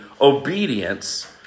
obedience